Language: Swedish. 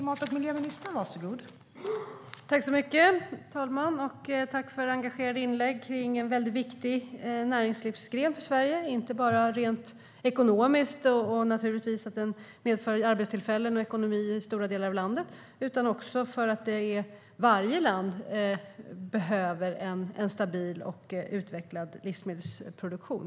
Fru talman! Tack för engagerade inlägg om en väldigt viktig näringslivsgren för Sverige! Det är den inte bara rent ekonomiskt och för att den medför arbetstillfällen i stora delar av landet utan också för att varje land behöver en stabil och utvecklad livsmedelsproduktion.